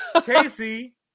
Casey